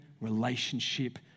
relationship